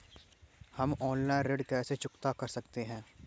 हम ऑनलाइन ऋण को कैसे चुकता कर सकते हैं?